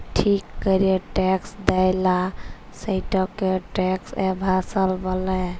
ঠিক ক্যরে ট্যাক্স দেয়লা, সেটকে ট্যাক্স এভাসল ব্যলে